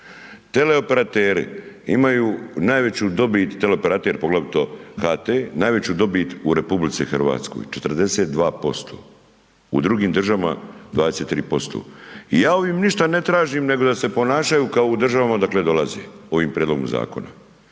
teleoperater, poglavito HT, najveću dobit u RH, 42%, u drugim državama 23% i ja ovim ništa ne tražim, nego da se ponašaju kao u državama odakle dolaze, ovim prijedlogom zakona.